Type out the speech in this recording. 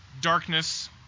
darkness